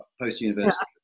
post-university